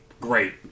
great